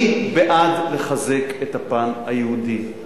אני בעד לחזק את הפן היהודי,